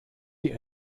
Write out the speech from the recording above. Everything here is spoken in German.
die